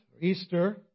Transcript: Easter